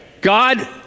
God